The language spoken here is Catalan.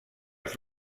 els